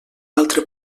altre